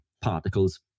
particles